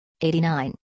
89